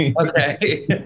Okay